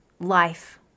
life